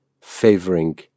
favoring